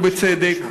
ובצדק.